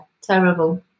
terrible